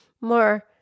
more